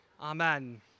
Amen